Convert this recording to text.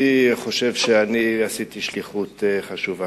אני חושב שעשיתי שליחות חשובה.